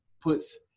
puts